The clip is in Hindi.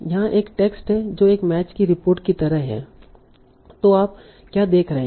यहां एक टेक्स्ट है जो एक मैच की रिपोर्ट की तरह है तों आप क्या देख रहे हैं